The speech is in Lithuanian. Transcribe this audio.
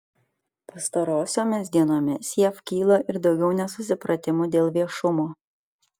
pastarosiomis dienomis jav kyla ir daugiau nesusipratimų dėl viešumo